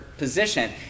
Position